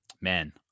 Man